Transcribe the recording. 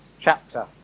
chapter